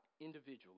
individually